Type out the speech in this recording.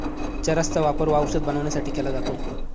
चरस चा वापर औषध बनवण्यासाठी केला जातो